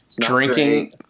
Drinking